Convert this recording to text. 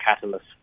catalyst